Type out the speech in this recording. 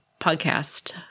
podcast